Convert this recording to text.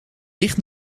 ligt